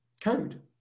code